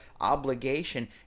obligation